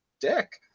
dick